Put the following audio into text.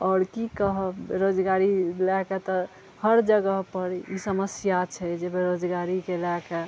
आओर की कहब बेरोजगारी लऽ कऽ तऽ हर जगह पर ई समस्या छै जे बेरोजगारीके लऽ कऽ